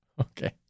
Okay